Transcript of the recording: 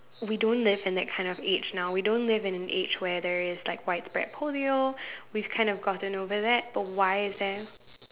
we don't live in that kind of age now we don't live in an age where there is like widespread polio we've kind of gotten over that but why is there